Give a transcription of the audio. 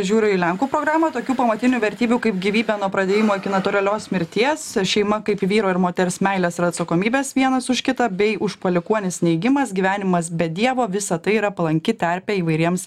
žiūriu į lenkų programą tokių pamatinių vertybių kaip gyvybė nuo pradėjimo iki natūralios mirties šeima kaip vyro ir moters meilės ir atsakomybės vienas už kitą bei už palikuonis neigimas gyvenimas be dievo visa tai yra palanki terpė įvairiems